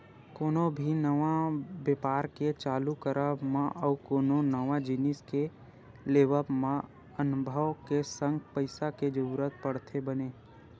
कोनो भी नवा बेपार के चालू करब मा अउ कोनो नवा जिनिस के लेवब म अनभव के संग पइसा के जरुरत पड़थे बने